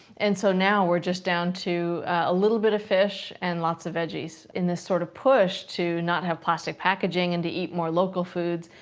and so now, we're just down to a little bit of fish, and lots of veggies. in this sort of push to not have plastic packaging, and to eat more local foods,